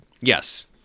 Yes